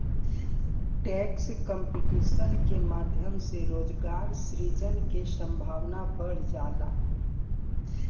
tax competition के माध्यम से रोजगार सृजन के संभावना बढ़ जाला